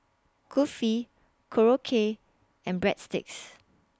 Kulfi Korokke and Breadsticks